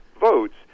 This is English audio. votes